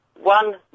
One